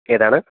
ഏതാണ്